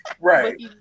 Right